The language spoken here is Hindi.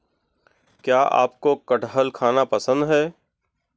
क्या आपको कठहल खाना पसंद है?